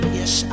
yes